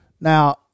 Now